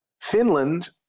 Finland